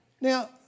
Now